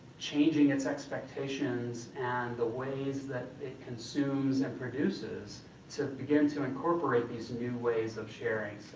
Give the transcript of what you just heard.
changing its expectations and the ways that it consumes and produces to begin to incorporate these new ways of sharing.